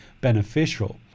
beneficial